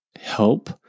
help